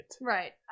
Right